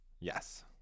Yes